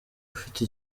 ufite